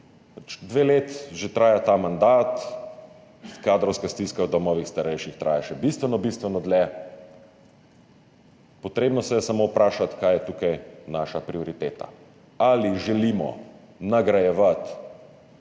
Dve leti že traja ta mandat, kadrovska stiska v domovih za starejše traja še bistveno, bistveno dlje. Treba se je samo vprašati, kaj je tukaj naša prioriteta, ali želimo nagrajevati